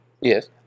Yes